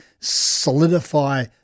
solidify